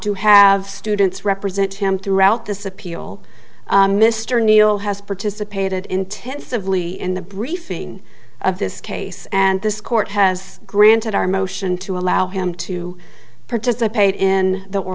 to have students represent him throughout this appeal mr neal has participated intensively in the briefing of this case and this court has granted our motion to allow him to participate in th